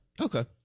Okay